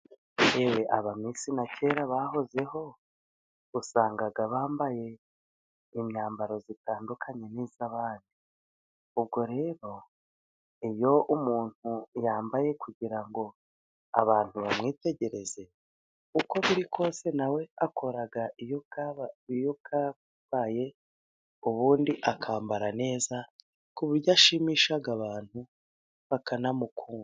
Yewe aba misi na kera bahozeho, usanga bambaye imyambaro itandukanye n'iy'abandi. Ubwo rero iyo umuntu yambaye kugira ngo abantu bamwitegereze, uko biri kose nawe akora iyo bwabaye, ubundi akambara neza ku buryo ashimisha abantu bakanamukunda.